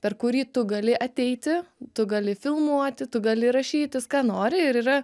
per kurį tu gali ateiti tu gali filmuoti tu gali rašytis ką nori ir yra